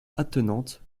attenantes